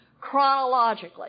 chronologically